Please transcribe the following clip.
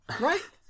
Right